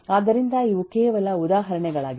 ಆದ್ದರಿಂದ ಇವು ಕೇವಲ ಉದಾಹರಣೆಗಳಾಗಿವೆ